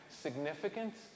significance